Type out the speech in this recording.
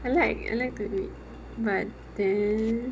I like I like to read but then